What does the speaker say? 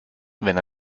wenn